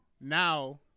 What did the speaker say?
now